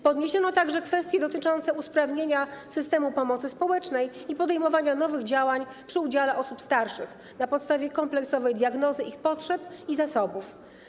Podniesiono także kwestie dotyczące usprawnienia systemu pomocy społecznej i podejmowania nowych działań przy udziale osób starszych na podstawie kompleksowej diagnozy ich potrzeb i zasobów.